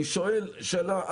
אני שואל שאלה.